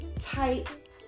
tight